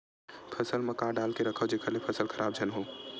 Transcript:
फसल म का डाल के रखव जेखर से फसल खराब झन हो?